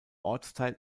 ortsteil